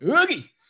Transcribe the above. Oogie